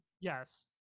yes